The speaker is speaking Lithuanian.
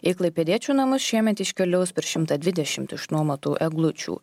į klaipėdiečių namus šiemet iškeliaus per šimtą dvidešimt išnuomotų eglučių